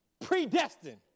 predestined